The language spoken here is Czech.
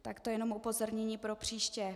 Tak to jenom upozornění propříště.